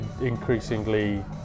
increasingly